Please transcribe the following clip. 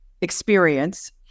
experience